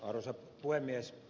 arvoisa puhemies